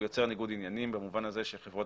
הוא יוצר ניגוד עניינים במובן הזה שלחברות